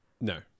No